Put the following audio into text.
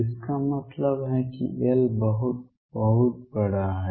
इसका मतलब है कि L बहुत बहुत बड़ा है